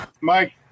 Mike